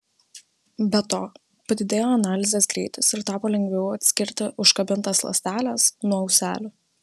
be to padidėjo analizės greitis ir tapo lengviau atskirti užkabintas ląsteles nuo ūselių